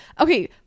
okay